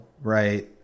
right